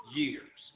years